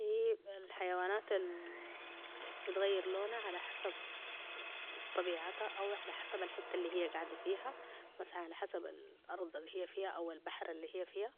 اي- الحيوانات البتغير لونا على حسب طبيعتها او على حسب الحتة اللهي قاعده فيها او مسل- على حسب الارض اللهي فيها او البحر اللهي فيها